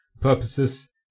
purposes